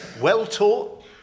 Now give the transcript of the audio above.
well-taught